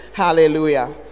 Hallelujah